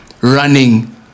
running